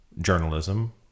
journalism